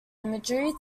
imagery